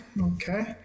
okay